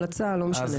המלצה לא משנה.